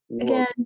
Again